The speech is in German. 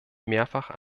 mehrfach